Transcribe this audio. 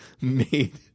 made